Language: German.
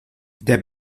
der